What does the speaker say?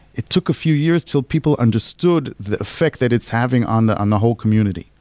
it took a few years till people understood the effect that it's having on the and the whole community